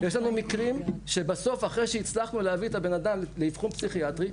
יש לנו מקרים שבסוף אחרי שהצלחנו להביא את בן האדם לאבחון פסיכיאטרי,